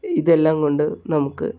ഇതെല്ലാം കൊണ്ട് നമുക്ക്